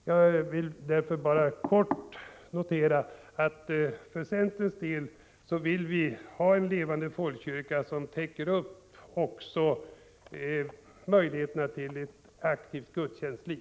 Jag vill bara kort notera, att för centerns del vill vi ha en levande folkkyrka som ger möjligheter till ett aktivt gudstjänstliv.